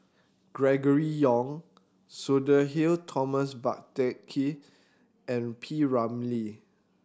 Gregory Yong Sudhir Thomas Vadaketh and P Ramlee